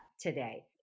today